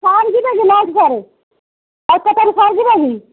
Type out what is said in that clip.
sir ଯିବେ କି lunch sir ରୁ ସାର୍ ଯିବେ କି